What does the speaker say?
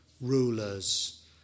rulers